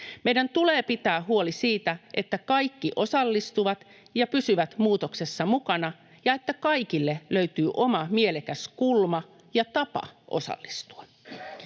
Meidän tulee pitää huoli siitä, että kaikki osallistuvat ja pysyvät muutoksessa mukana ja että kaikille löytyy oma mielekäs kulma ja tapa osallistua.